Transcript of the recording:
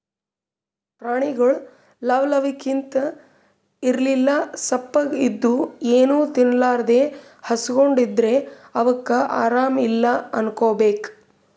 ಪ್ರಾಣಿಗೊಳ್ ಲವ್ ಲವಿಕೆಲಿಂತ್ ಇರ್ಲಿಲ್ಲ ಸಪ್ಪಗ್ ಇದ್ದು ಏನೂ ತಿನ್ಲಾರದೇ ಹಸ್ಕೊಂಡ್ ಇದ್ದರ್ ಅವಕ್ಕ್ ಆರಾಮ್ ಇಲ್ಲಾ ಅನ್ಕೋಬೇಕ್